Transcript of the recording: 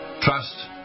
trust